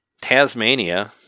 Tasmania